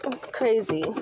crazy